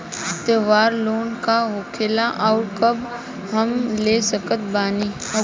त्योहार लोन का होखेला आउर कब हम ले सकत बानी?